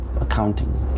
accounting